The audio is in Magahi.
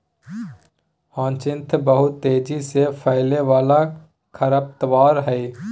ह्यचीन्थ बहुत तेजी से फैलय वाला खरपतवार हइ